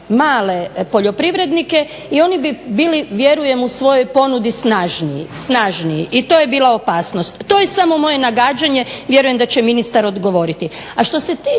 i oni bi bili vjerujem u svojoj ponudi snažniji, snažniji i to je bila opasnost. To je samo moje nagađanje. Vjerujem da će ministar odgovoriti.